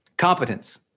Competence